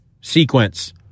sequence